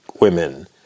women